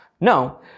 No